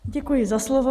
Děkuji za slovo.